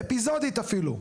אפיזודית אפילו,